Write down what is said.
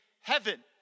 heaven